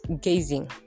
gazing